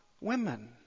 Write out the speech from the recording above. women